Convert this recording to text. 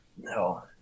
No